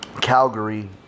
calgary